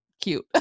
cute